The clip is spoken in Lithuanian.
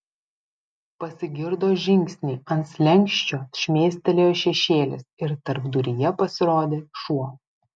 pasigirdo žingsniai ant slenksčio šmėstelėjo šešėlis ir tarpduryje pasirodė šuo